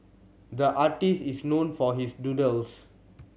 the artist is known for his doodles